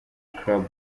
club